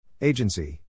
Agency